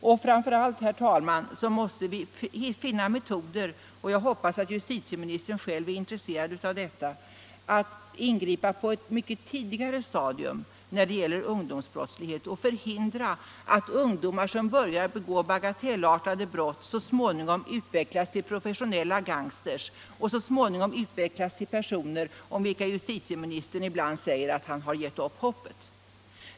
Och framför allt måste vi finna metoder —- jag hoppas att justitieministern själv är intresserad av det — att ingripa på ett mycket tidigare stadium när det gäller ungdomsbrottslighet och förhindra att ungdomar som börjar begå bagatellartade brott så småningom utvecklas till professionella gangsters, alltså till personer om vilka justitieministern ibland säger att han har gett upp hoppet.